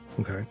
Okay